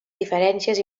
diferències